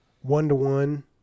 one-to-one